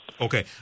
Okay